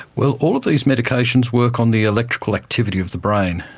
well, all of these medications work on the electrical activity of the brain,